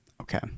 Okay